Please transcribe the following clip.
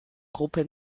gruppe